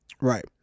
Right